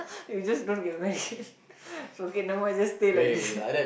you just don't get married okay never mind just stay like this